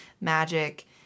magic